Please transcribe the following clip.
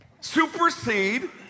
supersede